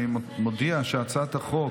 אני מודיע שהצעת החוק